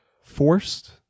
forced